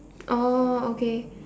oh okay